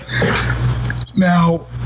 Now